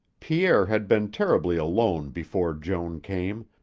pierre had been terribly alone before joan came,